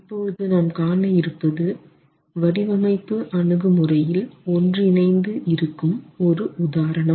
இப்பொழுது நாம் காண இருப்பது வடிவமைப்பு அணுகுமுறையில் ஒன்றிணைந்து இருக்கும் ஒரு உதாரணம்